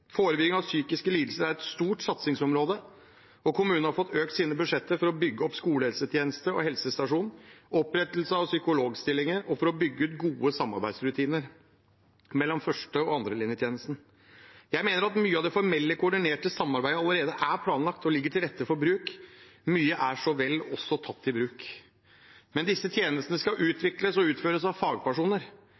Forebygging av psykiske lidelser er et stort satsingsområde, og kommunene har fått økt sine budsjetter for å bygge opp skolehelsetjeneste og helsestasjon, for opprettelse av psykologstillinger og for å bygge ut gode samarbeidsrutiner mellom første- og andrelinjetjenesten. Jeg mener at mye av det formelle, koordinerte samarbeidet allerede er planlagt og ligger til rette for bruk. Mye er også tatt i bruk, men disse tjenestene skal utvikles og utføres av fagpersoner